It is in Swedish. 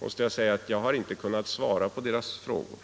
måste jag säga att jag inte har kunnat svara på deras frågor.